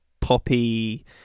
poppy